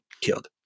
killed